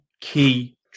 key